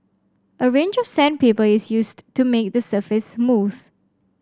a range of sandpaper is used to make the surface smooth